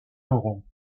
laurent